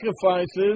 sacrifices